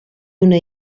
una